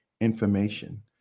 information